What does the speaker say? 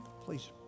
please